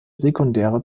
sekundäre